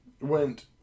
went